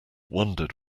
wondered